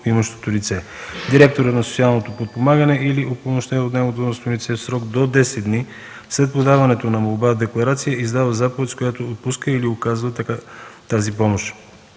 правоимащото лице. Директорът на „Социално подпомагане” или упълномощено от него длъжностно лице в срок до десет дни след подаването на молба-декларация издава заповед, с която отпуска или отказва тази помощ.